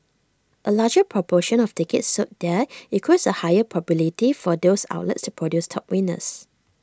A larger proportion of tickets sold there equals A higher probability for those outlets to produce top winners